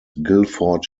guilford